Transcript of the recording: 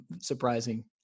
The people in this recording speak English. surprising